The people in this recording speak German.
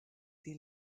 sie